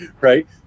right